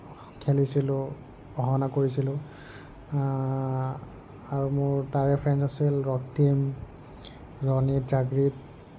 খেলিছিলোঁ পঢ়া শুনা কৰিছিলোঁ আৰু মোৰ তাৰে ফ্ৰেণ্ডছ আছিল ৰক্তিম ৰণিত জাগৃত